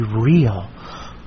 real